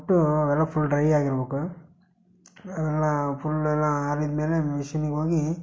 ಒಟ್ಟು ಅವೆಲ್ಲ full dry ಆಗಿರ್ಬೇಕು ಅವೆಲ್ಲ ಫುಲ್ ಎಲ್ಲ ಆರಿದ ಮೇಲೆ ಮಿಷಿನಿಗೆ ಹೋಗಿ